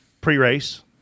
pre-race